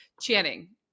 Channing